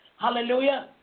Hallelujah